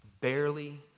barely